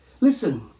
Listen